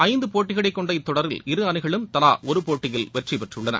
ஐந்து போட்டிகளை கொண்ட இத்தொடரில் இரு அணிகளும் தலா ஒரு போட்டியில் வெற்றி பெற்றுள்ளன